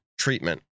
treatment